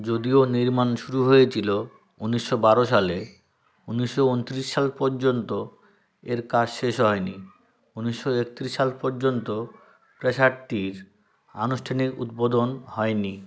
যদিও নির্মাণ শুরু হয়েচিলো উনিশশো বারো সালে উনিশশো উনত্রিশ সাল পর্যন্ত এর কাজ শেষ হয় নি উনিশশো একত্রিশ সাল পর্যন্ত প্রাসাদটির আনুষ্ঠানিক উদ্বোধন হয় নি